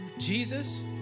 Jesus